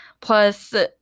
plus